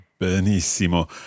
Benissimo